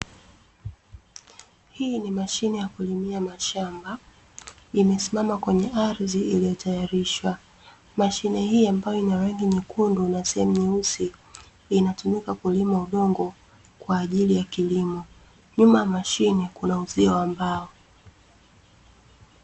Hii ni mashine ya kulima mashamba, imesimama kwenye ardhi iliyotayarishwa. Mashine hii ambayo ina rangi nyekundu na sehemu nyeusi, inatumika kulima udongo kwa ajili ya kilimo, nyuma ya mashine kuna uzio wa mbao.